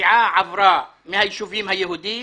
הפשיעה עברה מהיישובים היהודיים